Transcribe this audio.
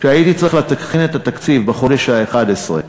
כשהייתי צריך להכין את התקציב בחודש ה-11,